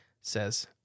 says